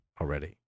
already